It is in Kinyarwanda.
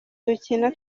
dukino